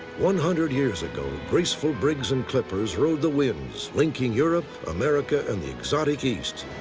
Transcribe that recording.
one hundred years ago, graceful brigs and clippers rode the winds, linking europe, america, and the exotic east.